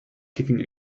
kicking